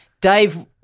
Dave